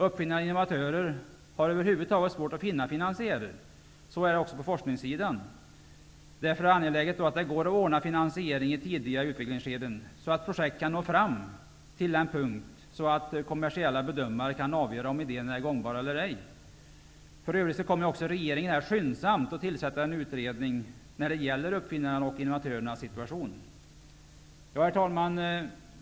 Uppfinnare och innovatörer har över huvud taget svårt att finna finansiärer. Så är det också på forskningssidan. Därför är det angeläget att det går att ordna finansiering i tidiga utvecklingsskeden, så att projekt kan nå fram till den punkt då kommersiella bedömare kan avgöra om idén är gångbar eller ej. För övrigt kommer regeringen att skyndsamt tillsätta en utredning om uppfinnarnas och innovatörernas situation. Herr talman!